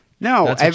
No